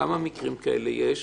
כמה מקרים כאלה יש,